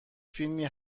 فیلمی